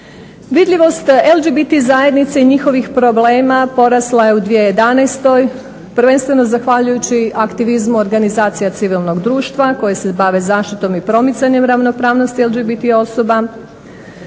Vidljivost LGBT zajednice i njihovih problema porasla je u 2011. prvenstveno zahvaljujući aktivizmu organizacija civilnog društva koji se bave zaštitom i promicanje ravnopravnosti LGBT osoba.